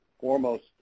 foremost